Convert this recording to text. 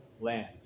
land